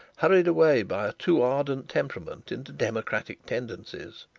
hurried away by a too ardent temperament into democratic tendencies.